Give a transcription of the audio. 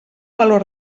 valor